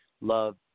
love